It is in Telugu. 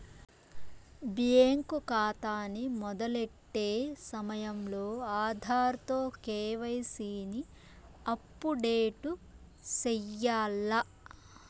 బ్యేంకు కాతాని మొదలెట్టే సమయంలో ఆధార్ తో కేవైసీని అప్పుడేటు సెయ్యాల్ల